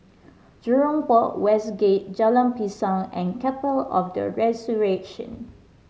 Jurong Port West Gate Jalan Pisang and Chapel of the Resurrection